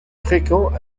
fréquents